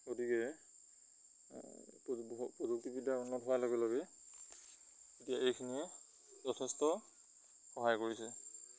গতিকে প্ৰযুক্তিবিদ্যাৰ উন্নত হোৱাৰ লগে লগে এতিয়া এইখিনিয়ে যথেষ্ট সহায় কৰিছে